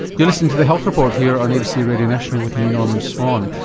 you're listening to the health report here on abc radio national with me norman swan.